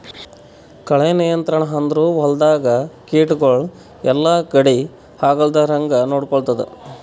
ಕಳೆ ನಿಯಂತ್ರಣ ಅಂದುರ್ ಹೊಲ್ದಾಗ ಕೀಟಗೊಳ್ ಎಲ್ಲಾ ಕಡಿ ಆಗ್ಲಾರ್ದಂಗ್ ನೊಡ್ಕೊತ್ತುದ್